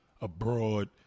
abroad